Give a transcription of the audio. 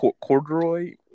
corduroy